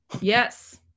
Yes